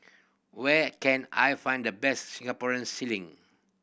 where can I find the best Singaporean ceiling